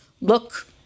look